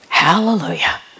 Hallelujah